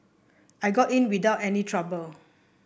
I got in without any trouble